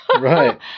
Right